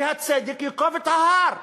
שהצדק ייקוב את ההר,